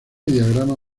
diagrama